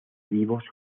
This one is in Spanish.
vivos